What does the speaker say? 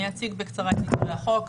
אני אציג בקצרה את עיקרי החוק.